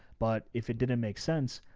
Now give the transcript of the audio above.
but if it didn't make sense,